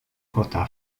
kota